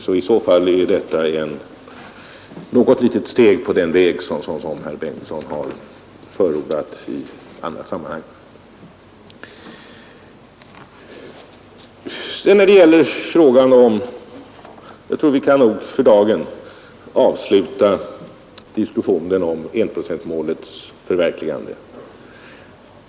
Det är alltså ett litet steg på den väg som herr Bengtson har förordat i annat sammanhang. Vi kan nog för dagen avsluta diskussionen om enprocentsmålets förverkligande.